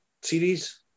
series